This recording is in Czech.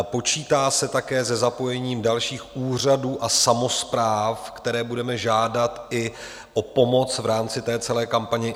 Počítá se také ze zapojením dalších úřadů a samospráv, které budeme žádat i o pomoc v rámci celé kampaně.